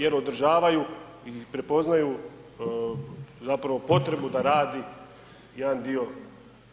Jer održavaju i prepoznaju zapravo potrebu da radi jedan dio,